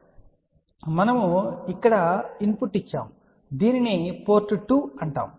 కాబట్టి మనము ఇక్కడ ఇన్ పుట్ ఇచ్చాము దీనిని పోర్ట్ 2 అంటారు